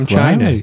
China